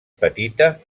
petita